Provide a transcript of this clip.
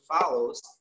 follows